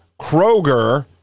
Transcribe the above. Kroger